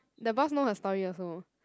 the boss know her story also